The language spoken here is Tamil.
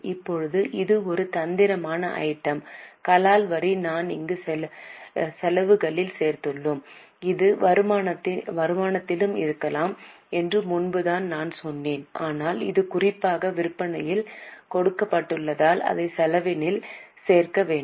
இப்போது இது ஒரு தந்திரமான ஐட்டம் கலால் வரி நாம் இங்கு செலவுகளில் சேர்த்துள்ளோம் இது வருமானத்திலும் இருக்கலாம் என்று முன்பு நான் சொன்னேன் ஆனால் இது குறிப்பாக விற்பனையில் கொடுக்கப்பட்டுள்ளதால் அதை செலவில் சேர்க்க வேண்டும்